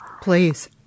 Please